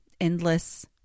endless